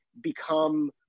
become